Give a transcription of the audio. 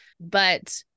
but-